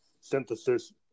synthesis